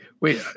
wait